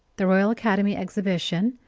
the royal academy exhibition,